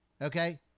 Okay